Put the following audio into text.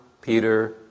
Peter